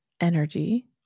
energy